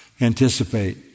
anticipate